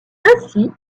ainsi